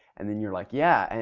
and then you're like, yeah, and